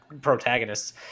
protagonists